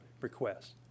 requests